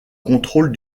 contrôle